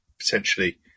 potentially